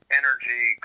energy